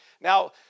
Now